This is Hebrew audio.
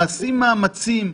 נעשים מאמצים,